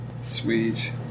Sweet